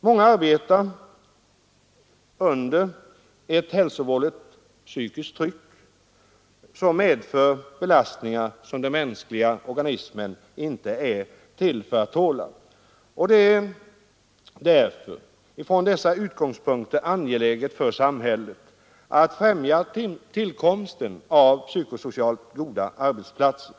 Många arbetar under ett hälsovådligt psykiskt tryck, som medför belastningar som den mänskliga organismen inte är till för att tåla. Det är från dessa utgångspunkter angeläget för samhället att främja tillkomsten av psykosocialt goda arbetsplatser.